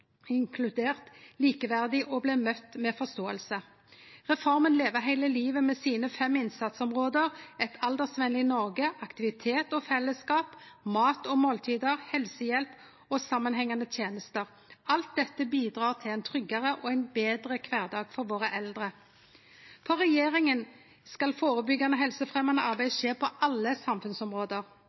og likeverdige og bli møtte med forståing. Reforma Leve heile livet har fem innsatsområde: eit aldersvenleg Noreg, aktivitet og fellesskap, mat og måltid, helsehjelp og samanhengande tenester. Alt dette bidrar til ein tryggare og betre kvardag for våre eldre. For regjeringa skal førebyggjande helsefremjande arbeid skje på alle samfunnsområde.